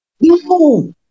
No